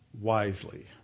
wisely